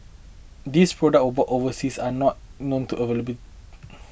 these products were bought overseas and are not known to available